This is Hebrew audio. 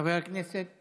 חבר הכנסת